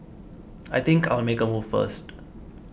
I think I'll make a move first